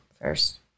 first